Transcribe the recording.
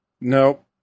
nope